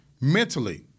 mentally